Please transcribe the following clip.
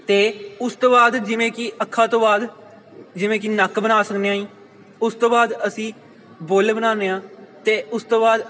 ਅਤੇ ਉਸ ਤੋਂ ਬਾਅਦ ਜਿਵੇਂ ਕਿ ਅੱਖਾਂ ਤੋਂ ਬਾਅਦ ਜਿਵੇਂ ਕਿ ਨੱਕ ਬਣਾ ਸਕਦੇ ਈਂ ਉਸ ਤੋਂ ਬਾਅਦ ਅਸੀਂ ਬੁੱਲ ਬਣਾਉਂਦੇ ਹਾਂ ਅਤੇ ਉਸ ਤੋਂ ਬਾਅਦ